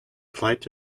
plight